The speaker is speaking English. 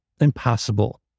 impossible